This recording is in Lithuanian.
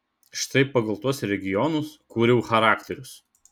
štai pagal tuos regionus kūriau charakterius